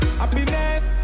happiness